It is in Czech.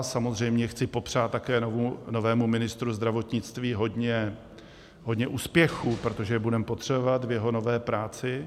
Samozřejmě chci popřát také novému ministru zdravotnictví hodně úspěchů, protože je budeme potřebovat, v jeho nové práci.